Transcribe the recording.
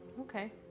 Okay